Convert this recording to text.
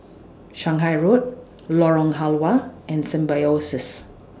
Shanghai Road Lorong Halwa and Symbiosis